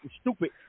stupid